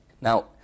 Now